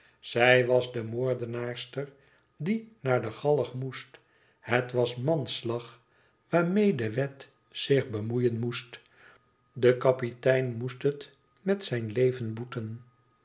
zij was de moordenaarster die naar de galg moest het was manslag waarmee de wet zich bemoeien moest de kapitein moest het met zijn leven boeten